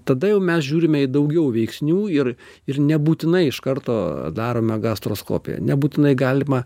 tada jau mes žiūrime į daugiau veiksnių ir ir nebūtinai iš karto darome gastroskopiją nebūtinai galima